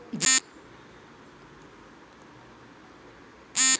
ದ್ವಿದಳ ಧಾನ್ಯಗಳನ್ನು ಯಾವ ಲೆಕ್ಕಾಚಾರದಲ್ಲಿ ಮಾರ್ತಾರೆ?